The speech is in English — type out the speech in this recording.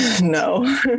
No